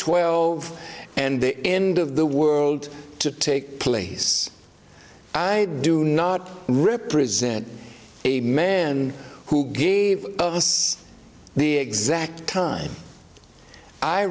twelve and the end of the world to take place i do not represent a man who gave the exact time i